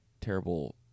terrible